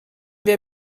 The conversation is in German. wir